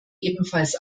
ebenfalls